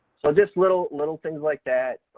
so just little, little things like that